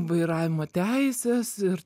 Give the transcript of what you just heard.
vairavimo teisės ir